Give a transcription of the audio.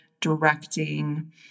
directing